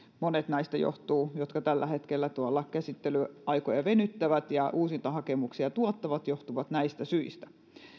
monet näistä jotka tällä hetkellä tuolla käsittelyaikoja venyttävät ja uusintahakemuksia tuottavat johtuvat näistä syistä